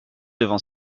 devant